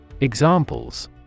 Examples